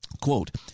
Quote